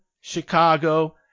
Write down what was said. Chicago